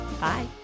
Bye